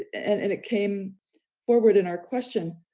and and it came forward in our question,